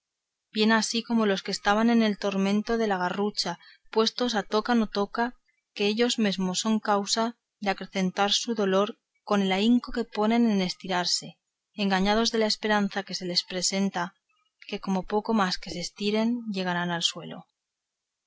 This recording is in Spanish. bien así como los que están en el tormento de la garrucha puestos a toca no toca que ellos mesmos son causa de acrecentar su dolor con el ahínco que ponen en estirarse engañados de la esperanza que se les representa que con poco más que se estiren llegarán al suelo